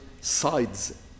sides